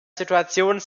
situationen